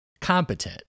competent